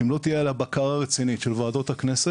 אם לא תהיה עליה בקרה רצינית של ועדות הכנסת